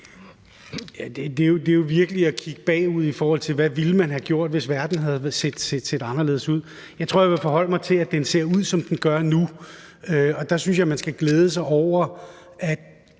Det er jo virkelig at kigge bagud i forhold til, hvad man ville have gjort, hvis verden havde set anderledes ud. Jeg tror, at jeg vil forholde mig til, at den ser ud, som den gør nu, og der synes jeg, man skal glæde sig over, at